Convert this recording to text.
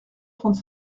trente